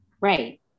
Right